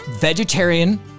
vegetarian